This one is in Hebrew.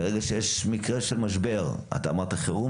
ברגע שיש מקרה של משבר אתה אמרת: "חירום",